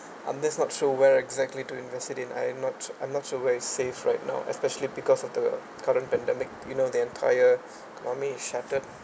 I'm just not so where exactly to invest it in I'm not I'm not sure where it safe right now especially because of the current pandemic you know the entire money is shattered